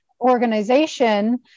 organization